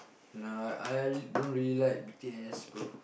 nah I I don't really like B_T_S bro